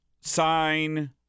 sign